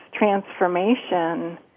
Transformation